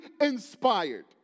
inspired